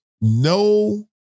no